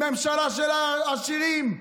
ממשלה של העשירים,